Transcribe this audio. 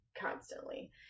constantly